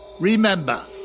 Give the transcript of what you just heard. remember